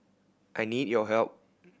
I need your help